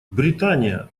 британия